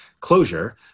closure